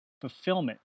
fulfillment